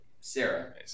sarah